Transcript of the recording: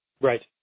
Right